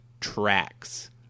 tracks